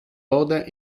lode